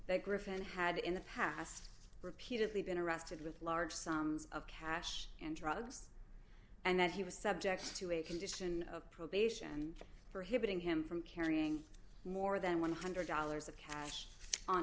that griffin had in the past repeatedly been arrested with large sums of cash and drugs and that he was subject to a condition of probation for hitting him from carrying more than one hundred dollars of cash on